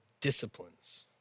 disciplines